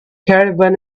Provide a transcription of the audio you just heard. caravan